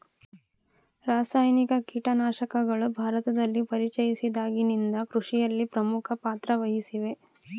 ರಾಸಾಯನಿಕ ಕೇಟನಾಶಕಗಳು ಭಾರತದಲ್ಲಿ ಪರಿಚಯಿಸಿದಾಗಿನಿಂದ ಕೃಷಿಯಲ್ಲಿ ಪ್ರಮುಖ ಪಾತ್ರ ವಹಿಸಿವೆ